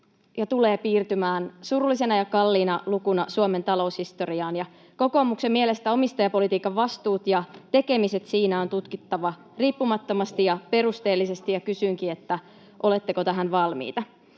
tulee piirtymään surullisena ja kalliina lukuna Suomen taloushistoriaan, ja kokoomuksen mielestä omistajapolitiikan vastuut ja tekemiset siinä on tutkittava riippumattomasti ja perusteellisesti, [Vastauspuheenvuoropyyntöjä] ja